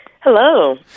Hello